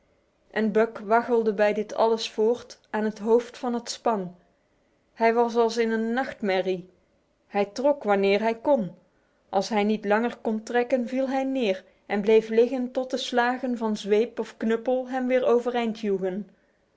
en buck waggelde bij dit alles voort aan het hoofd van het span hij was als in een nachtmerrie hij trok wanneer hij kon als hij niet langer kon trekken viel hij neer en bleef liggen tot de slagen van zweep of knuppel hem weer overeind joegen